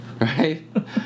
Right